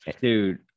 dude